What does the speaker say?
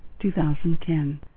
2010